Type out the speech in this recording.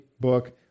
book